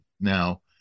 Now